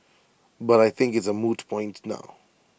but I think it's A moot point now